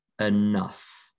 enough